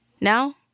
Now